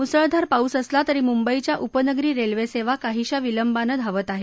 मुसळधार पाऊस असला तरी मुंबईच्या उपनगरी रेल्वे सेवा काहीशा विलंबानं धावत आहे